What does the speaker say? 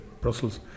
Brussels